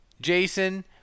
Jason